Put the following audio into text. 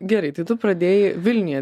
gerai tai tu pradėjai vilniuje